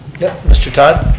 yup, mr. todd.